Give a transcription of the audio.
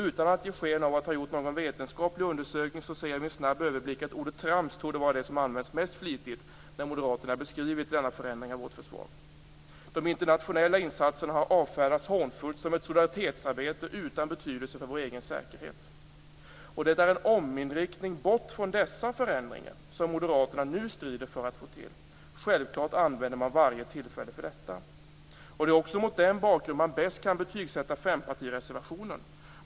Utan att ge sken av att ha gjort en vetenskaplig undersökning ser jag vid en snabb överblick att ordet "trams" torde vara det som använts mest flitigt när Moderaterna beskrivit denna förändring av vårt försvar. De internationella insatserna avfärdas hånfullt "som ett solidaritersarbete utan betydelse för vår egen säkerhet". Det är en ominriktning bort från dessa förändringar som Moderaterna nu strider för att få till. Självklart använder man varje tillfälle till detta. Det är mot den bakgrunden man bäst kan betygsätta fempartireservationen.